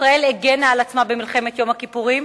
וישראל הגנה על עצמה במלחמת יום הכיפורים,